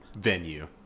venue